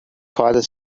father